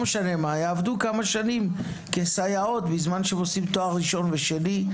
יעבדו כמה שנים כסייעות בזמן שהם עושים תואר ראשון ושני,